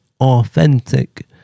authentic